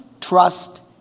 trust